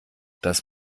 dass